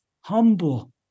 humble